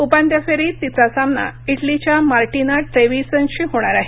उपांत्यफेरीत तिचा सामना इटलीच्या मार्टिना ट्रेवीसनशी होणार आहे